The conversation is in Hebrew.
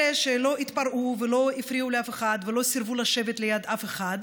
אלה שלא התפרעו ולא הפריעו לאף אחד ולא סירבו לשבת ליד אף אחד,